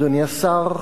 אדוני השר,